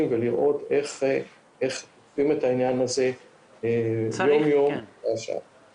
ולראות איך דוחפים את העניין הזה יום יום שעה שעה.